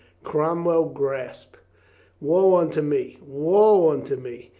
cromwell gasped. woe unto me, woe unto me,